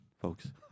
folks